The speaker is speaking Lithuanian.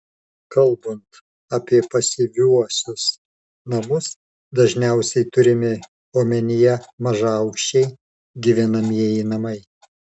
kalbant apie pasyviuosius namus dažniausiai turimi omenyje mažaaukščiai gyvenamieji namai